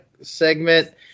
segment